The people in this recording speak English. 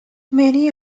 many